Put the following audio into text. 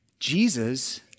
Jesus